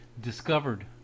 discovered